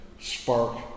spark